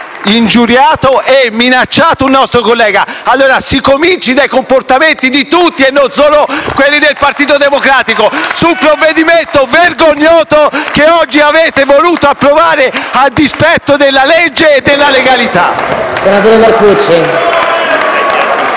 ingiuriato e minacciato un nostro collega. Allora, si cominci dai comportamenti di tutti e non solo da quelli del Partito Democratico su un provvedimento vergognoso che oggi avete voluto approvare, a dispetto della legge e della legalità!